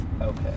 Okay